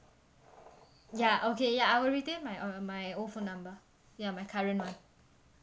ya okay ya I will retain my ol~ my old phone number ya my current one